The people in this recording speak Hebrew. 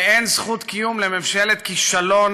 ואין זכות קיום לממשלת כישלון